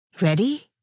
Ready